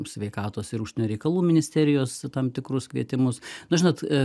sveikatos ir užsienio reikalų ministerijos tam tikrus kvietimus na žinot